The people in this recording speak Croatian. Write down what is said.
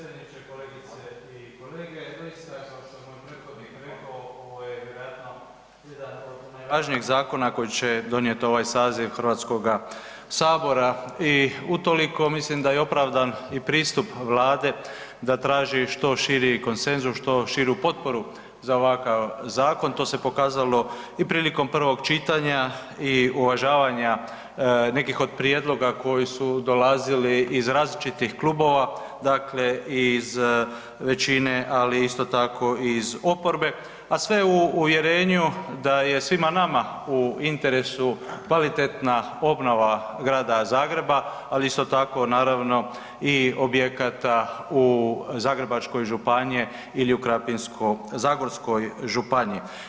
jedan od najvažnijih zakona koji će donijeti ovaj saziv Hrvatskoga sabora i utoliko mislim da je opravdan i pristup Vlade da traži što širi konsenzus, što širu potporu za ovakav zakon, to se pokazalo i prilikom prvog čitanja i uvažavanja nekih od prijedloga koji su dolazili iz različitih klubova, dakle i iz većine ali isto tako i iz oporbe a sve uvjerenju da je svima nama u interesu kvalitetna obnova grada Zagreba ali isto tako naravno i objekata Zagrebačke županije ili u Krapinsko-zagorskoj županiji.